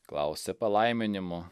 klausė palaiminimo